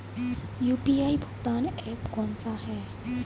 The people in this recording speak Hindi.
यू.पी.आई भुगतान ऐप कौन सा है?